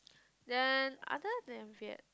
then other than Viet~